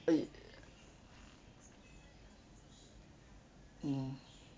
uh mm